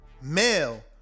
Male